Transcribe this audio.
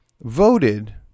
voted